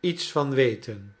iets van weten